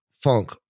funk